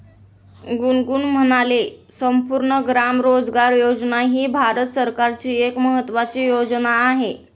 गुनगुन म्हणाले, संपूर्ण ग्राम रोजगार योजना ही भारत सरकारची एक महत्त्वाची योजना आहे